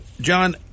John